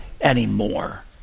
anymore